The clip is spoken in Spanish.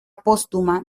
póstuma